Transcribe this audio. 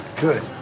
Good